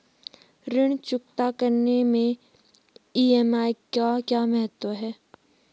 ऋण चुकता करने मैं ई.एम.आई का क्या महत्व है?